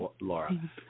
Laura